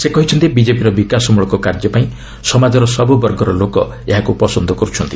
ସେ କହିଛନ୍ତି ବିଜେପିର ବିକାଶମ୍ଭଳକ କାର୍ଯ୍ୟ ପାଇଁ ସମାଜର ସବୁ ବର୍ଗର ଲୋକ ଏହାକୁ ପସନ୍ଦ କରିଛନ୍ତି